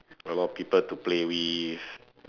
a lot of people to play with